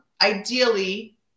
ideally